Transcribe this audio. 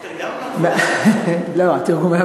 לא, תרגמנו.